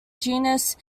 genus